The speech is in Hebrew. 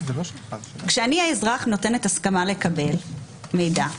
כשאני האזרח נותנת הסכמה לקבל מידע,